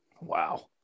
Wow